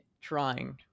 trying